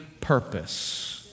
purpose